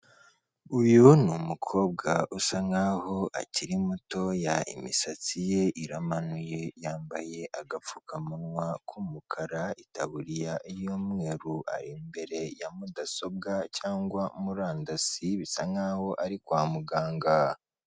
Uyu ni umukobwa usa nkaho akiri mutoya, imisatsi ye iramanuye yambaye agapfukamunwa k'umukara itaburiya y'umweru, ari imbere ya mudasobwa cyangwa murandasi bisa nkaho ari kwa muganga.